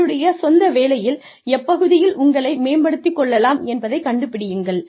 உங்களுடைய சொந்த வேலையில் எப்பகுதியில் உங்களை மேம்படுத்திக் கொள்ளலாம் என்பதைக் கண்டுபிடியுங்கள்